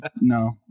No